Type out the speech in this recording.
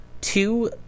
two